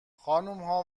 خانمها